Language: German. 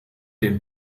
den